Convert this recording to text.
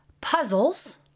puzzles